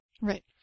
Right